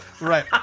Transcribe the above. Right